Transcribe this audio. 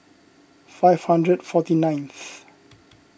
five hundred forty nineth